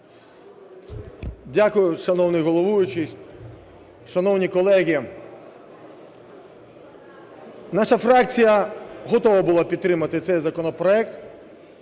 Дякую, шановний головуючий. Шановні колеги, наша фракція готова була підтримати цей законопроект,